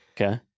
Okay